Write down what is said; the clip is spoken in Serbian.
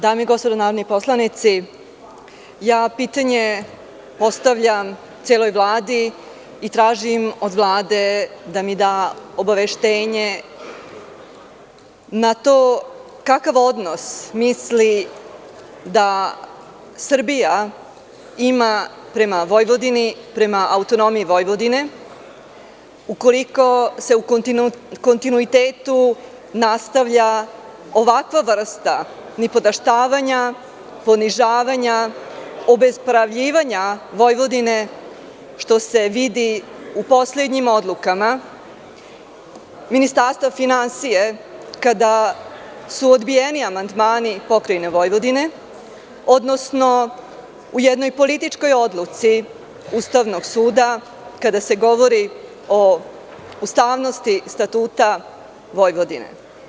Dame i gospodo narodni poslanici, pitanje postavljam celoj Vladi i tražim od Vlade da mi da obaveštenje na to kakav odnos misli da Srbija ima prema Vojvodini, prema autonomiji Vojvodine, ukoliko se u kontinuitetu nastavlja ovakva vrsta nipodaštavanja, ponižavanja, obespravljivanja Vojvodine, što se vidi u poslednjim odlukama Ministarstva finansija kada su odbijeni amandmani Pokrajine Vojvodine, odnosno u jednoj političkoj odluci Ustavnog suda kada se govori o ustavnosti statuta Vojvodine?